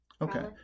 Okay